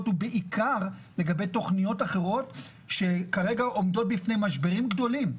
ובעיקר לגבי תוכניות אחרות שכרגע עומדות בפני משברים גדולים,